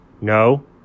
No